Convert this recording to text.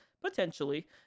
potentially